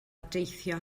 deithio